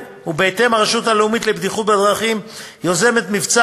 הרשות הלאומית לבטיחות בדרכים יוזמת מבצע